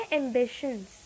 ambitions